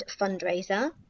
fundraiser